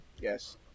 Yes